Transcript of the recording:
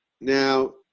Now